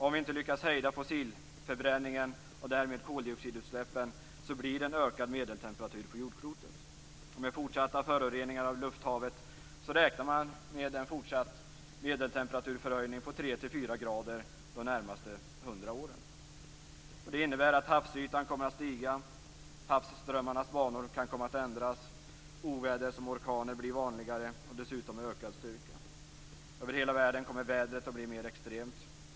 Om vi inte lyckas att hejda fossilförbränningen och därmed koldioxidutsläppen blir det en ökad medeltemperatur på jordklotet. Med fortsatta föroreningar av lufthavet räknar man med en fortsatt medelteperaturförhöjning på 3-4 grader under de närmaste 100 åren. Det innebär att havsytan kommer att stiga och att havsströmmarnas banor kan komma att ändras. Oväder som orkaner blir vanligare och förekommer dessutom med ökad styrka. Över hela världen kommer vädret att bli mer extremt.